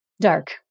Dark